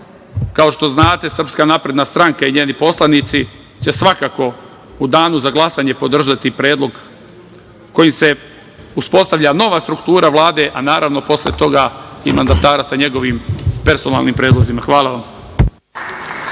kao što znate, SNS i njeni poslanici će svakako u danu za glasanje podržati predlog kojim se uspostavlja nova struktura Vlade, a naravno posle toga i mandatara sa njegovim personalnim predlozima. Hvala.